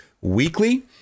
weekly